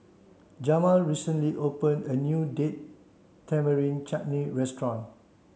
Jamal recently opened a new Date Tamarind Chutney restaurant